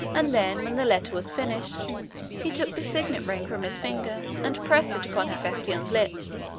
and then, when the letter was finished he took the signet ring from his finger and pressed it upon hephaestion's lips,